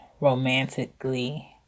romantically